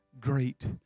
great